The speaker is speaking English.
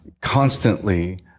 constantly